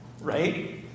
Right